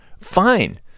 Fine